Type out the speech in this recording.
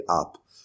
up